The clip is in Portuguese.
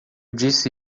disse